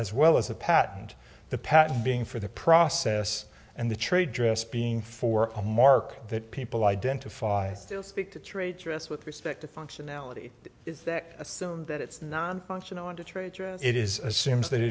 as well as a patent the patent being for the process and the trade dress being for a mark that people identify still speak to trade dress with respect to functionality is that assume that it's nonfunctional want to trade it is assumes that